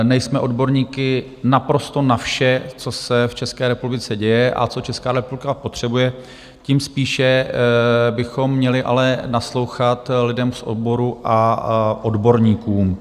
Nejsme odborníky naprosto na vše, co se v České republice děje a co Česká republika potřebuje, tím spíše bychom měli ale naslouchat lidem z oboru a odborníkům.